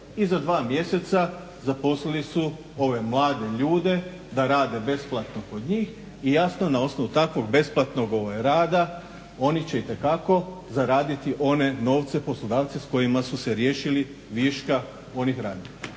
i za dva mjeseca zaposlili su ove mlade ljude da rade besplatno kod njih i na osnovu takvog besplatnog rada oni će itekako zaraditi one novce, poslodavci s kojima su se riješili viška onih radnika.